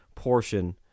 portion